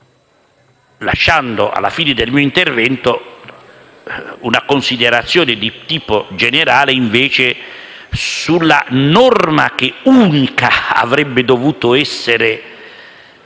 lasciando alla fine del mio intervento una considerazione di tipo generale sulla norma che, unica, avrebbe dovuto essere